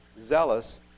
Zealous